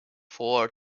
four